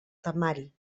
temari